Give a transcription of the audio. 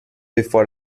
bevor